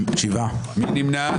מי נמנע?